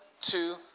two